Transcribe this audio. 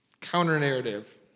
counter-narrative